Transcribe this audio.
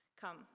Come